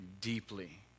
deeply